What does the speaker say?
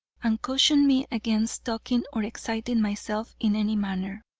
and cautioned me against talking or exciting myself in any manner.